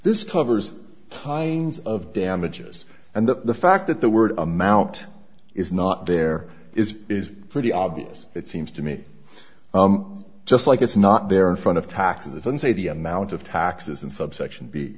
this covers kinds of damages and the fact that the word amount is not there is is pretty obvious it seems to me just like it's not there in front of taxes and say the amount of taxes and subsection b